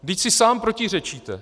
Vždyť si sám protiřečíte!